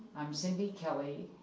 i'm cindy kelly,